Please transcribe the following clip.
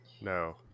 No